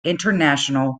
international